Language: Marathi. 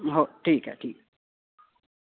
हो ठीक आहे ठीक आहे